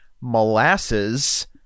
molasses